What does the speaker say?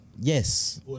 Yes